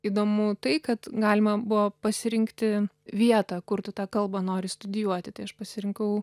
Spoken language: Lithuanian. įdomu tai kad galima buvo pasirinkti vietą kur tu tą kalbą nori studijuoti tai aš pasirinkau